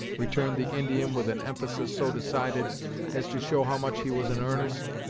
returned the indian with an emphasis so decided as to show how much he was in earnest.